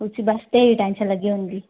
उसी बस तेरी टेंशन लग्गी रौंह्दी